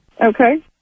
Okay